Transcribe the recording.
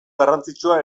garrantzitsua